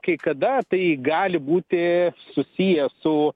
kai kada tai gali būti susiję su